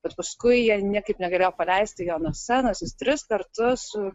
bet paskui jie niekaip negalėjo paleisti jo nuo scenos jis tris kartus